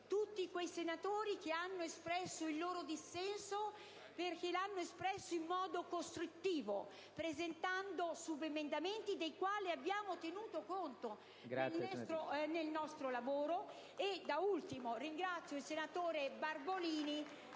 tutti quei senatori che hanno espresso il loro dissenso, avendolo fatto in modo costruttivo e presentando subemendamenti di cui abbiamo tenuto conto nel nostro lavoro. Da ultimo ringrazio il senatore Barbolini